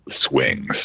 swings